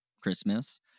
Christmas